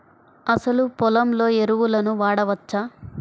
అసలు పొలంలో ఎరువులను వాడవచ్చా?